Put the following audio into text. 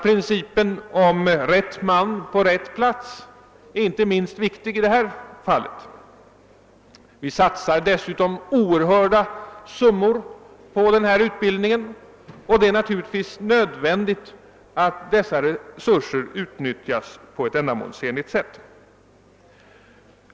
Principen om rätt man på rätt plats är inte minst viktig. Samhället satsar ju oerhörda summor på akademikerutbildningen, och dessa resurser måste utnyttjas på ett ändamålsenligt sätt.